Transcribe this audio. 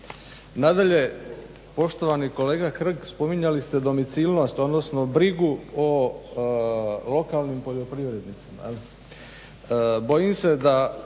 Nadalje, poštovani kolega Hrg spominjali ste domicilnost, odnosno brigu o lokalnim poljoprivrednicima.